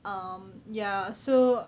um ya so